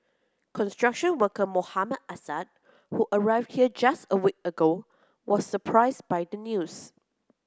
construction worker Mohammad Assad who arrived here just a week ago was surprised by the news